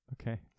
Okay